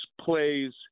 plays